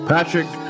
Patrick